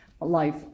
life